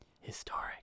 Historic